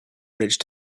bridge